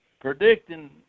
Predicting